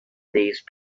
these